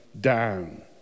down